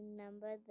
number